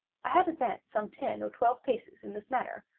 i had advanced some ten or twelve paces in this manner,